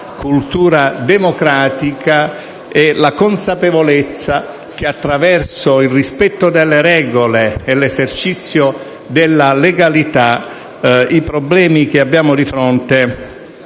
cultura democratica e la consapevolezza che attraverso il rispetto delle regole e l'esercizio della legalità i problemi che abbiamo di fronte